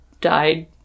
died